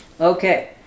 Okay